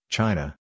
China